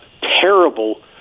terrible